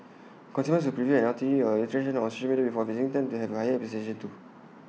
consumers who preview an eatery or attraction on before visiting tend to have higher expectations too